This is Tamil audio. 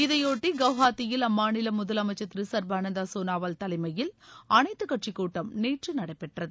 இதையொட்டி கவுஹாத்தியில் அம்மாநில முதலமைச்ச் திரு சள்பானந்தா சோனாவால் தலைமையில் அனைத்து கட்சி கூட்டம் நேற்று நடைபெற்றது